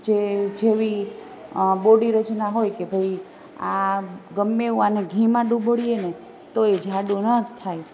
જે જેવી બોડી રચના હોય કે ભાઈ આ ગમે એવું આને ઘીમાં ડુબાડીએ તોય જાડો ન જ થાય